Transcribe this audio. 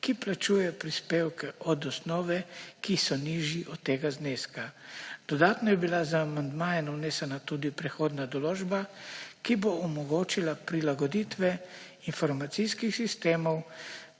ki plačuje prispevke od osnove, ki so nižji od tega zneska. Dodatno je bila z amandmaji vnesena tudi prehodna določba, ki bo omogočila prilagoditve informacijskih sistemov